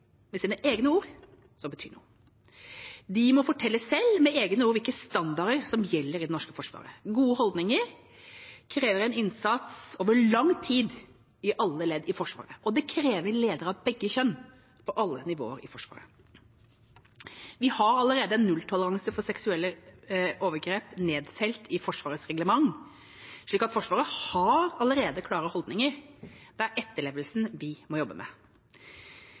med sine egne ord, som betyr noe. De må fortelle selv med egne ord hvilke standarder som gjelder i det norske Forsvaret. Gode holdninger krever en innsats over lang tid i alle ledd i Forsvaret, og det krever ledere av begge kjønn på alle nivåer i Forsvaret. Vi har allerede nulltoleranse for seksuelle overgrep nedfelt i Forsvarets reglement, så Forsvaret har allerede klare holdninger. Det er etterlevelsen vi må jobbe med.